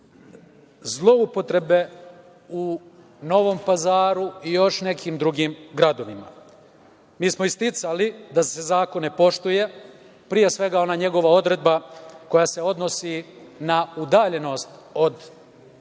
zloupotrebe u Novom Pazaru i još nekim drugim gradovima. Mi smo isticali da se zakon ne poštuje, pre svega, ona njegova odredba koja se odnosi na udaljenost škola